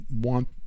want